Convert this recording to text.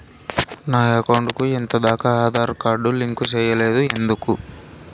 నా అకౌంట్ కు ఎంత దాకా ఆధార్ కార్డు లింకు సేయలేదు ఎందుకు